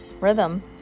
rhythm